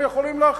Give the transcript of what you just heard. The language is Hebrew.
הם יכולים להחליט.